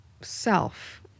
self